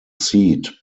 seat